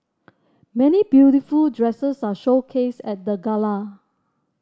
many beautiful dresses are showcased at the gala